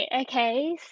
Okay